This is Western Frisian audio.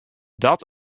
dat